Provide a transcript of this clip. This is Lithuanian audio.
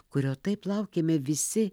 kurio taip laukėme visi